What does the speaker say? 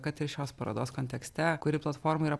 kad ir šios parodos kontekste kuri platforma yra